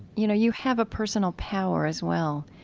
you know, you have a personal power as well.